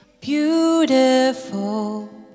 beautiful